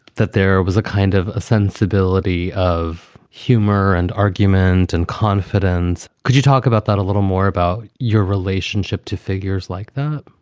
that there was a kind of a sensibility of humor and argument and confidence. could you talk about that a little more about your relationship to figures like that?